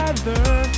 Together